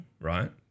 right